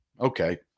okay